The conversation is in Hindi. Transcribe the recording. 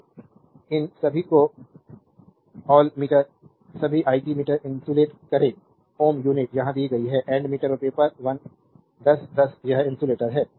तो इन सभी को all मीटर सभी it मीटर इन्सुलेट करें Ω मीटर यूनिट यहां दी गई है and मीटर और पेपर वन 1010 यह इन्सुलेटर है